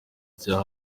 bya